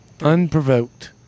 Unprovoked